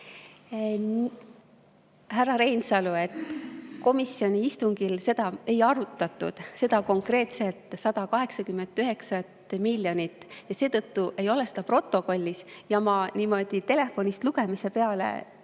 Härra Reinsalu, komisjoni istungil seda ei arutatud, konkreetselt seda 189 miljonit, ja seetõttu ei ole seda protokollis. Ma niimoodi [teie] telefonist lugemise peale